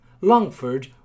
Longford